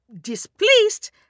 displeased